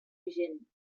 vigent